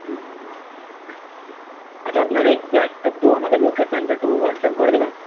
হুম আচ্ছা আপনার এক্সজ্যাক্ট একটু আমাকে লোকেশানটা একটু হোয়াটসঅ্যাপ করে দেবেন